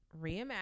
reimagine